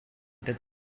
did